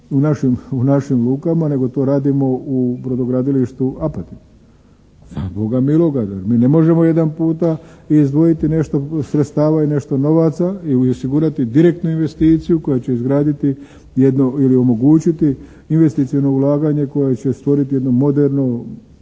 u našim lukama nego to radimo u brodogradilištu Apatin. Za Boga miloga zar mi ne možemo jedan puta izdvojiti nešto sredstava i nešto novaca i osigurati direktnu investiciju koja će izgraditi jedno ili omogućiti investicioni ulaganje koje će stvoriti jedno moderno